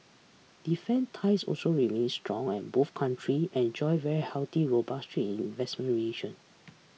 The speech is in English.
defence ties also remain strong and both country enjoy very healthy robust trade and investment relation